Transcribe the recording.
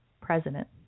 president